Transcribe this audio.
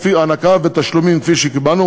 קרי הענקה ותשלומים כפי שקיבלנו.